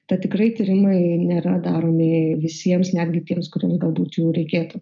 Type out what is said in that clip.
tad tikrai tyrimai nėra daromi visiems netgi tiems kuriems galbūt jų reikėtų